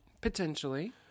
Potentially